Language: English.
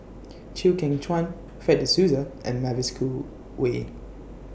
Chew Kheng Chuan Fred De Souza and Mavis Khoo Oei